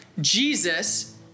Jesus